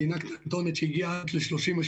מדינה קטנטונת שהגיעה רק ל-38,